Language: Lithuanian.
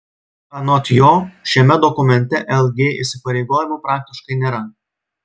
anot jo šiame dokumente lg įsipareigojimų praktiškai nėra